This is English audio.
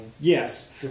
Yes